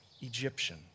Egyptian